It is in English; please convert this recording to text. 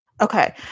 Okay